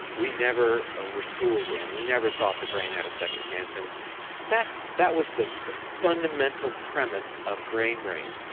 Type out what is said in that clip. we never ah were schooled in. we never thought the brain had a second chance. and that was the the fundamental premise of grain brain,